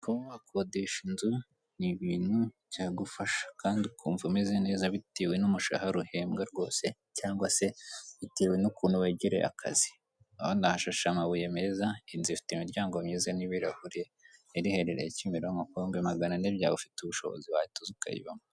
Kuba wakodesha inzu, n'ibintu byagufasha. Kandi ukumva umeze neza bitewe n'umushahara uhembwa cyangwa se bitewe n'ukuntu wegereye akazi. Urabona hashashe amabuye meza, inzu ifite imiryango myiza n'ibirahure iriherereye Kimironko. Ku bihumbi magana ane byawe, ufite ubushobozi wahita uza ukayibamo.